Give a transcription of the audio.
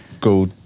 go